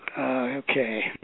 Okay